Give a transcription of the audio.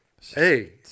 Hey